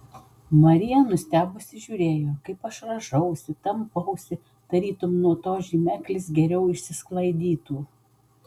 marija nustebusi žiūrėjo kaip aš rąžausi tampausi tarytum nuo to žymeklis geriau išsisklaidytų